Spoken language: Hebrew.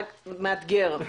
בסדר.